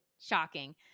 shocking